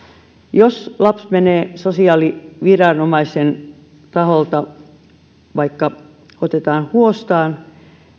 jos vaikka lapsi sosiaaliviranomaisen taholta otetaan huostaan